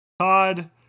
Todd